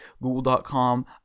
Google.com